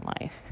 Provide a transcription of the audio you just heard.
life